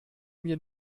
mir